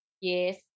Yes